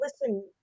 listen